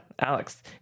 alex